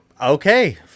okay